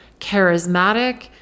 charismatic